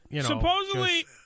Supposedly